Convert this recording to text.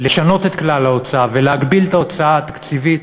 לשנות את כלל ההוצאה ולהגביל את ההוצאה התקציבית,